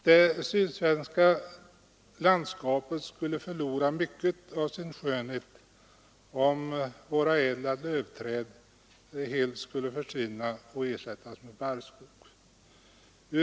Det sydsvenska landskapet skulle förlora mycket av sin skönhet om våra ädla lövträd helt skulle försvinna och ersättas med barrskog.